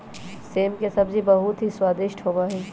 सेम के सब्जी बहुत ही स्वादिष्ट होबा हई